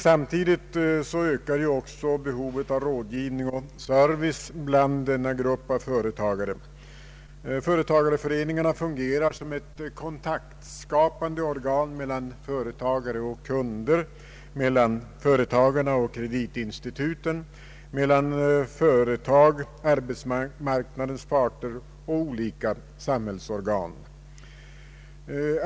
Samtidigt ökar ju också behovet av rådgivning och service bland denna grupp av företagare. Företagareföreningarna fungerar som ett kontaktskapande organ mellan företagare och kunder, mellan företagare och kreditinstitut, mellan företag, arbetsmarknadens parter och olika samhällsorgan.